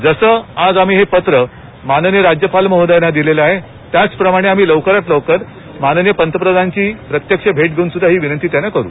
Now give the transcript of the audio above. जसं आज आम्ही हे पत्र माननीय राज्यपाल महोदयांना दिलेलं आहे त्याचप्रमाणे आम्ही लवकरात लवकर माननीय पंतप्रधानांची प्रत्यक्ष भेट घेऊनसुध्दा ही विनंती त्यांना करू